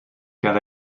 car